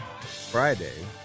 Friday